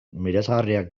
miresgarriak